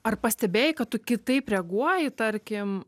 ar pastebėjai kad tu kitaip reaguoji tarkim